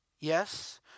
yes